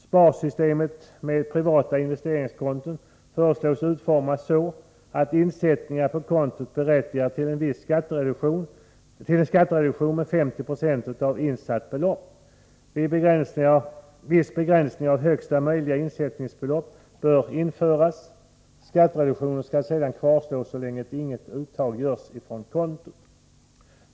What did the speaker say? Sparsystemet med privata investeringskonton föreslås utformas så att insättningar på kontot berättigar till en skattereduktion med 50 26 av insatt belopp. Viss begränsning av högsta möjliga insättningsbelopp bör införas. Skattereduktionen skall sedan kvarstå så länge inget uttag görs från kontot.